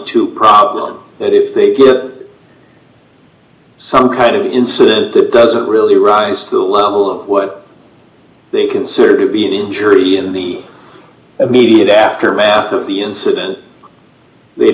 two problem that if they get some kind of incident that doesn't really d rise to the level of what they consider to be an injury in the immediate aftermath of the incident